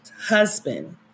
husband